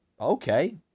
okay